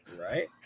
Right